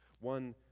One